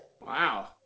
wow